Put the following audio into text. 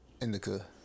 indica